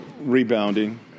Rebounding